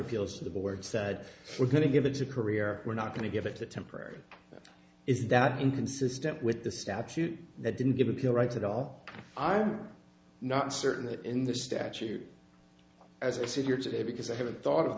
appeals to the board said we're going to give it a career we're not going to give it to temporary is that inconsistent with the statute that didn't give appeal rights at all i am not certain that in the statute as i sit here today because i haven't thought of